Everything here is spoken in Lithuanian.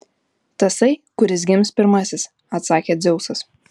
tasai kuris gims pirmasis atsakė dzeusas